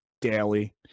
daily